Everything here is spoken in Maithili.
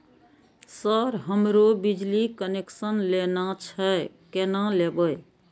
सर हमरो बिजली कनेक्सन लेना छे केना लेबे?